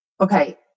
Okay